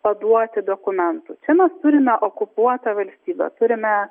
paduoti dokumentų čia mes turime okupuotą valstybę turime